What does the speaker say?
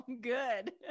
good